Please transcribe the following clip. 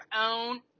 own